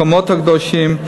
המקומות הקדושים.